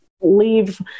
leave